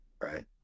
right